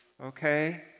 Okay